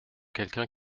quelqu’un